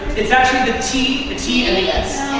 it's actually the t the t and the s.